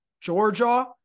Georgia